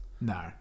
No